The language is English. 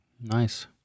Nice